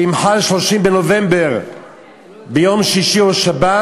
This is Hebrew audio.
שאם חל 30 בנובמבר ביום שישי או שבת,